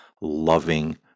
loving